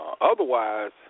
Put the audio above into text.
otherwise